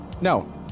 No